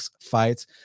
Fights